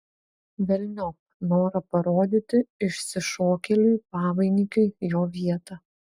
velniop norą parodyti išsišokėliui pavainikiui jo vietą